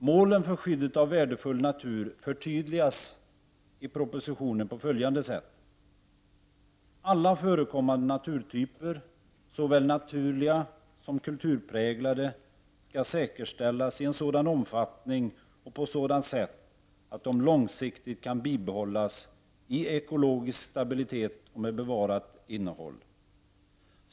Målen för skyddet av värdefull natur förtydligas i propositionen på följande sätt: Alla förekommande naturtyper, såväl naturliga som kulturpräglade, skall säkerställas i en sådan omfattning och på ett sådant sätt att de långsiktigt kan bibehållas i ekologisk stabilitet och med bevarat innehåll.